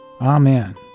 Amen